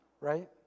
Right